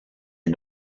est